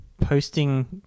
posting